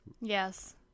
Yes